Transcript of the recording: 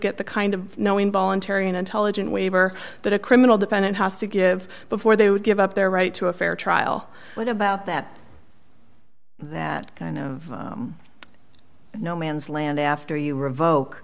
get the kind of no involuntary and intelligent waiver that a criminal defendant has to give before they would give up their right to a fair trial what about that that kind of no man's land after you revoke